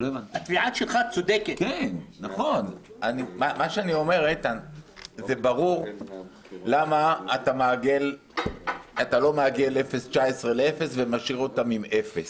אני אומר שזה ברור למה אתה לא מעגל 0.19 לאפס ומשאיר לאפס.